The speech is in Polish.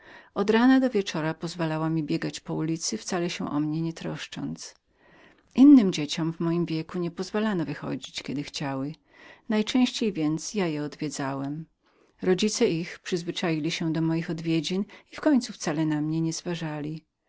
od rana do wieczora pozwalała mi biegać po ulicy wcale się o mnie nie troszcząc innym dzieciom mego wieku nie pozwalano wychodzić kiedy chciały ja więc odwiedzałem je jak najczęściej rodzice ich przyzwyczaili się do moich odwiedzin i w końcu wcale na mnie nie